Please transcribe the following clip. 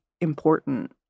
important